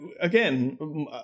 again